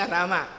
Rama